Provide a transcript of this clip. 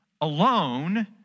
alone